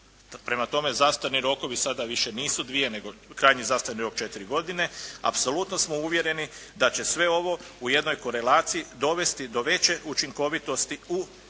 prema tome zastarni rokovi sada više nisu dvije nego krajnji zastarni rok je četiri godine apsolutno smo uvjereni da će sve ovo u jednoj korelaciji dovesti do veće učinkovitosti u konačnom